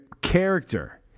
character